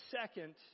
second